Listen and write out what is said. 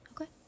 Okay